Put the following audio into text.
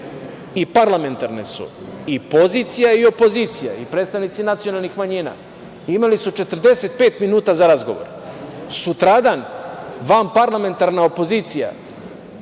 i parlamentarne su i pozicija i opozicija, i predstavnici nacionalnih manjina, imali su 45 minuta za razgovor. Sutradan, vanparlamentarna opozicija